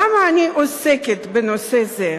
למה אני עוסקת בנושא זה?